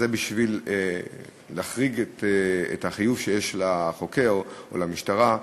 זה בשביל להחריג מהחיוב שעל החוקר או המשטרה,